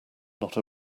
not